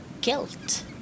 Guilt